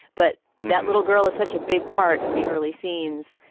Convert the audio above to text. but that little girl is such a big part of the early scenes.